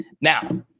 Now